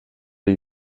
der